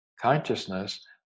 consciousness